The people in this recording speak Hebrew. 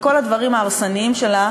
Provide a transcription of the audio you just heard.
וכל הדברים ההרסניים שלה,